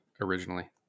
originally